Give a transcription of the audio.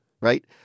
right